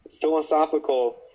philosophical